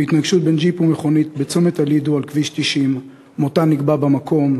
בהתנגשות בין ג'יפ ומכונית בצומת הלידו על כביש 90. מותן נקבע במקום.